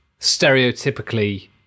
Stereotypically